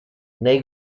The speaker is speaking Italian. nei